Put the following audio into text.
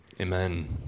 Amen